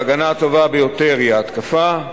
ההגנה הטובה ביותר היא ההתקפה,